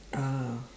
ah